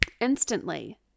instantly